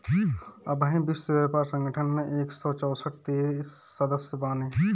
अबही विश्व व्यापार संगठन में एक सौ चौसठ देस सदस्य बाने